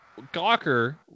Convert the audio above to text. Gawker